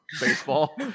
baseball